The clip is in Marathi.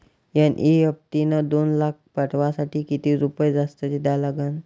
एन.ई.एफ.टी न दोन लाख पाठवासाठी किती रुपये जास्तचे द्या लागन?